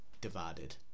divided